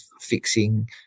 fixing